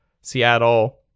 Seattle